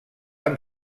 amb